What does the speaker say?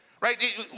Right